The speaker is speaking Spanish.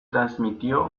transmitió